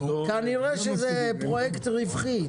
כי אני רואה שזה פרויקט רווחי,